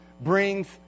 brings